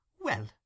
Well